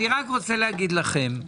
אני רק רוצה להגיד לכם,